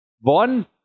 one